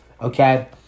okay